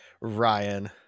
Ryan